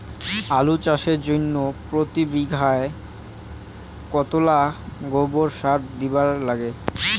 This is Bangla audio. আলু চাষের জইন্যে প্রতি বিঘায় কতোলা গোবর সার দিবার লাগে?